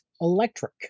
electric